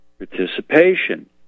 participation